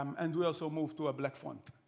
um and we also move to a black font.